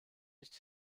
nicht